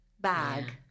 bag